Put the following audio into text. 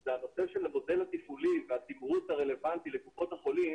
זה הנושא של המודל התפעולי והתמרוץ הרלוונטי לקופות החולים